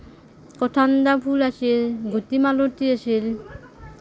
কথনা ফুল আছিল গুটিমালতী আছিল